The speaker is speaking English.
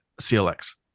CLX